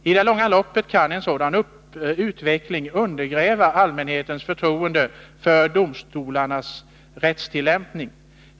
I det långa loppet kan en sådan utveckling undergräva allmänhetens förtroende för domstolarnas rättstillämpning.